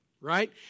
right